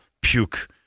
puke